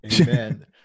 Amen